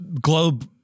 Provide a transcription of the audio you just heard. globe